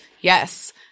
Yes